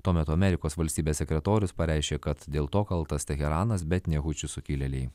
tuo metu amerikos valstybės sekretorius pareiškė kad dėl to kaltas teheranas bet ne hučių sukilėliai